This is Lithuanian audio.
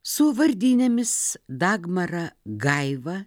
su vardinėmis dagmara gaiva